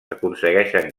aconsegueixen